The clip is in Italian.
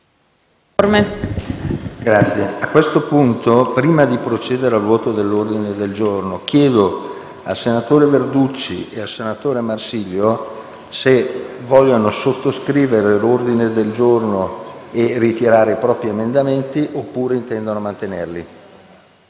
A questo punto, prima di procedere al voto dell'ordine del giorno, chiedo al senatore Verducci e al senatore Marsilio se vogliono sottoscriverlo e ritirare i propri emendamenti oppure se intendono mantenerli.